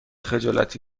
خجالتی